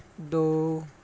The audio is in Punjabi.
ਦੋੋ